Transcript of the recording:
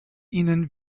ihnen